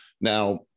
Now